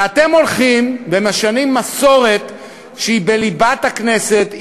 ואתם הולכים ומשנים מסורת שהיא בליבת הכנסת,